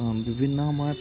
বিভিন্ন সময়ত